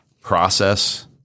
process